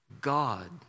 God